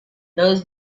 those